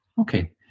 Okay